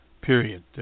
Period